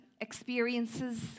experiences